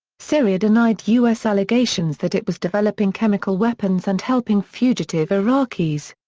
syria denied us allegations that it was developing chemical weapons and helping fugitive iraqis.